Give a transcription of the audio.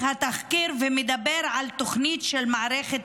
התחקיר ממשיך ומדבר על תוכנית של מערכת